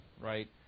right